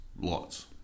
Lots